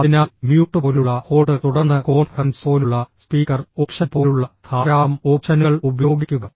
അതിനാൽ മ്യൂട്ട് പോലുള്ള ഹോൾഡ് തുടർന്ന് കോൺഫറൻസ് പോലുള്ള സ്പീക്കർ ഓപ്ഷൻ പോലുള്ള ധാരാളം ഓപ്ഷനുകൾ ഉപയോഗിക്കുക